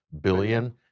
billion